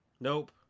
Nope